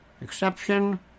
exception